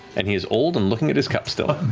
and he is old and looking at his cup still.